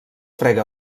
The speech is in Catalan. frega